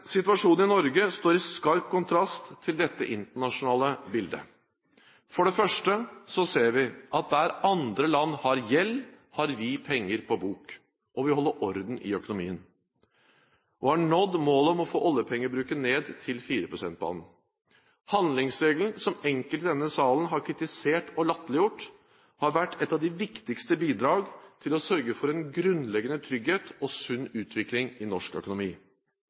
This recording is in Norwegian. Situasjonen i Norge står i skarp kontrast til dette internasjonale bildet. For det første ser vi at der andre land har gjeld, har vi penger på bok. Vi holder orden i økonomien og har nådd målet om å få oljepengebruken ned til fireprosentbanen. Handlingsregelen, som enkelte i denne salen har kritisert og latterliggjort, har vært et av de viktigste bidragene til å sørge for en grunnleggende trygghet og sunn utvikling i norsk økonomi.